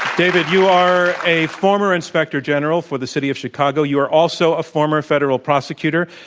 david, you are a former inspector general for the city of chicago. you are also a former federal prosecutor.